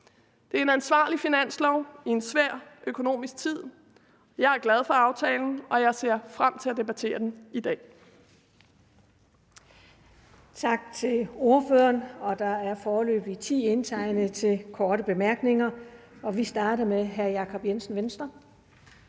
Det er en ansvarlig finanslov i en svær økonomisk tid. Jeg er glad for aftalen, og jeg ser frem til at debattere den i dag.